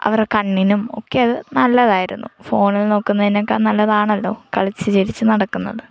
അവരെ കണ്ണിനും ഒക്കെ അത് നല്ലതായിരുന്നു ഫോണിൽ നോക്കുന്നതിനേക്കാൾ നല്ലതാണല്ലോ കളിച്ച് ചിരിച്ച് നടക്കുന്നത്